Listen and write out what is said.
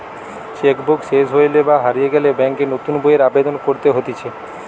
check book সেস হইলে বা হারিয়ে গেলে ব্যাংকে নতুন বইয়ের আবেদন করতে হতিছে